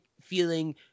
feeling